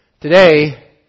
today